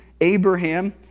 Abraham